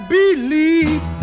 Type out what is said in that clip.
believe